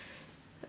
I was